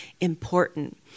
important